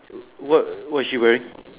were what she wearing